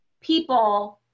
people